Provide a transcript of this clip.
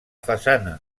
façana